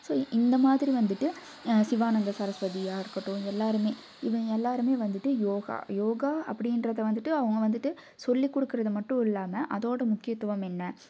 so இந்தமாதிரி வந்துவிட்டு சிவானந்த சரஸ்வதியாக இருக்கட்டும் எல்லாருமே இவங்க எல்லாருமே வந்துவிட்டு யோகா யோகா அப்படின்றத வந்துவிட்டு அவங்க வந்துவிட்டு சொல்லிக்கொடுக்குறது மட்டும் இல்லாமல் அதோட முக்கியத்துவம் என்ன